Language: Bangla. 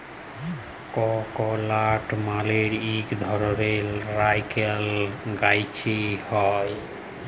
ককলাট মালে ইক ধরলের লাইরকেল গাহাচে হ্যয়